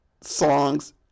songs